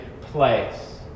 place